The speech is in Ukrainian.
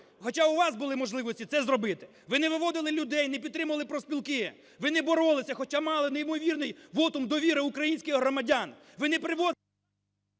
Хоча у вас були можливості це зробити. Ви не виводили людей, не підтримали профспілки. Ви не боролися, хоча мали неймовірний вотум довіри українських громадян!